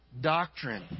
doctrine